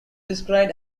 described